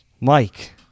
mike